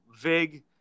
Vig